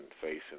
facing